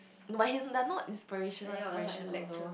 but he they're not inspirational inspirational though